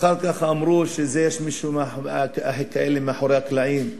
ואחר כך אמרו שיש כאלה מאחורי הקלעים.